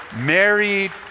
married